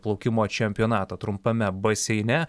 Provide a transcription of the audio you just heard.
plaukimo čempionato trumpame baseine